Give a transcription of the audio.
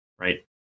Right